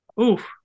Oof